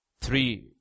three